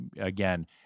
Again